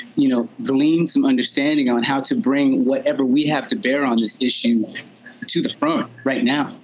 you know, glean some understanding on how to bring whatever we have to bear on this issue to the front right now